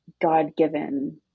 God-given